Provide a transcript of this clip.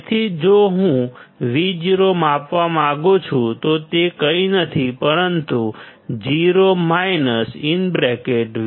તેથી જો હું Vo માપવા માંગુ છું તો તે કંઈ નથી પરંતુ 0 V1R1R2 છે